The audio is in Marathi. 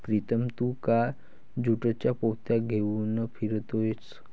प्रीतम तू का ज्यूटच्या पोत्या घेऊन फिरतोयस